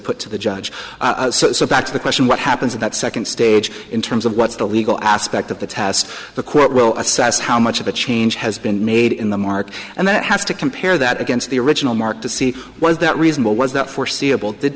put to the judge so back to the question what happens in that second stage in terms of what's the legal aspect of the test the court will assess how much of a change has been made in the market and then have to compare that against the original mark to see was that reasonable was that foreseeable